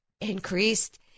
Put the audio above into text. increased